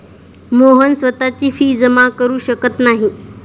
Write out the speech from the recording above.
मोहन स्वतःची फी जमा करु शकत नाही